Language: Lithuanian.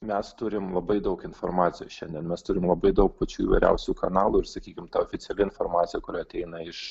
mes turim labai daug informacijos šiandien mes turim labai daug pačių įvairiausių kanalų ir sakykim ta oficiali informacija kuri ateina iš